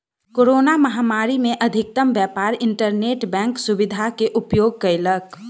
corona महामारी में अधिकतम व्यापार इंटरनेट बैंक सुविधा के उपयोग कयलक